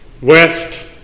West